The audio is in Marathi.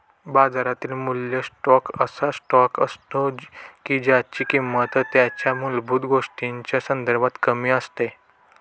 बाजारातील मूल्य स्टॉक असा स्टॉक असतो की ज्यांची किंमत त्यांच्या मूलभूत गोष्टींच्या संदर्भात कमी असते